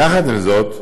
יחד עם זאת,